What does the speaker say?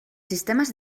sistemes